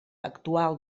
actual